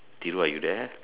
Thiru are you there